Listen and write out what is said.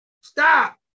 Stop